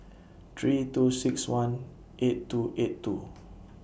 three two six one eight two eight two